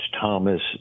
Thomas